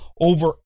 over